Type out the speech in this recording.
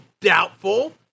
Doubtful